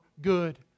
good